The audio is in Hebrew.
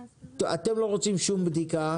אתם לא רוצים שום בדיקה,